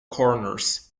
corners